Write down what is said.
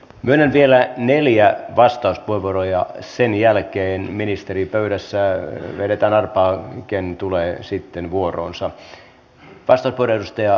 myönnän vielä neljä vastauspuheenvuoroa ja sen jälkeen ministeripöydässä vedetään arpaa ken tulee sitten vuoroonsa